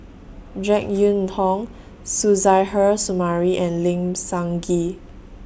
Jek Yeun Thong Suzairhe Sumari and Lim Sun Gee